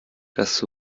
das